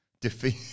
Defeat